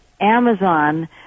Amazon